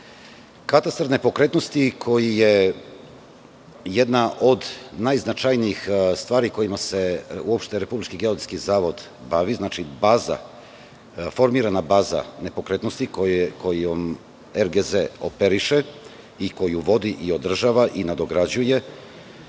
nepokretnosti, koji je jedna od najznačajnijih stvari kojima se uopšte Republički geodetski zavod bavi, znači, formirana baza nepokretnosti kojom RGZ operiše i koju vodi, održava i nadograđuje,